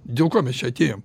dėl ko mes čia atėjome